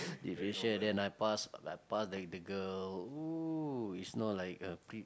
different shade then I pass I pass the the girl !ooh! is not like a pre~